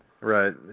Right